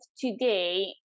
today